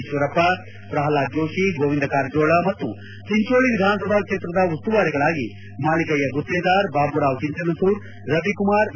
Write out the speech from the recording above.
ಈಶ್ವರಪ್ಪ ಪ್ರಷ್ಲಾದ್ ಜೋಶಿ ಗೋವಿಂದ ಕಾರಜೋಳ ಮತ್ತು ಚೆಂಚೋಳಿ ವಿಧಾನಸಭಾ ಕ್ಷೇತ್ರದ ಉಸ್ತುವಾರಿಗಳಾಗಿ ಮಾಲೀಕಯ್ಯ ಗುತ್ತೇದಾರ್ ಬಾಬು ರಾವ್ ಚೆಂಚನ್ಸೂರ್ ರವಿಕುಮಾರ್ ವಿ